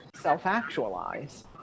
self-actualize